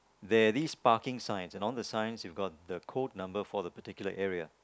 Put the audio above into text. there're these parking signs and on the signs you've got the code number for the particular area